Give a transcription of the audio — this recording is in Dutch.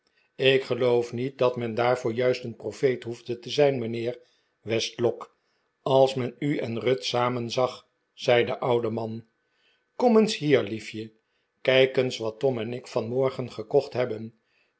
ik geloof niet dat men daarvoor juist een profeet hoefde te zijn mijnheer westlock als men u en ruth samen zag zei de oude man kom eenis hier liefjel kijk eens wat tom en ik vanmorgen gekocht hebben